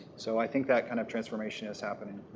so i think that kind of transformation is happening.